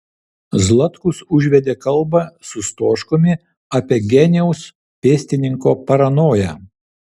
zlatkus užvedė kalbą su stoškumi apie geniaus pėstininko paranoją